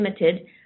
limited